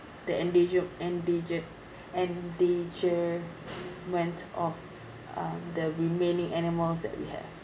the endanger~ endangered endangerment of um the remaining animals that we have